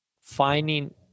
finding